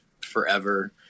forever